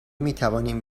میتوانیم